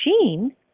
machine